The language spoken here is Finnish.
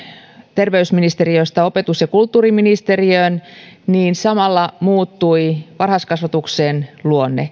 terveysministeriöstä opetus ja kulttuuriministeriöön niin samalla muuttui varhaiskasvatuksen luonne